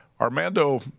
Armando